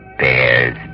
bears